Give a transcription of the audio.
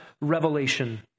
revelation